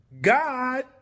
God